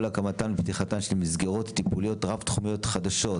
להקמתן ופתיחתן של מסגרות טיפוליות רב-תחומיות חדשות,